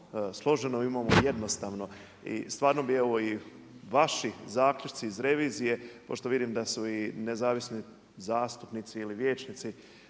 složeno, imamo jednostavno. I stvarno bi evo i vaši zaključci iz revizije, pošto vidim da su i nezavisni zastupnici ili vijećnici